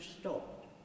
stopped